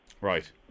Right